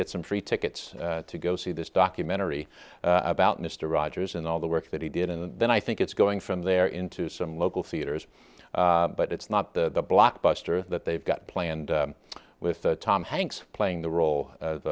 get some free tickets to go see this documentary about mr rogers and all the work that he did and then i think it's going from there into some local theaters but it's not the blockbuster that they've got planned with tom hanks playing the role